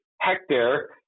hectare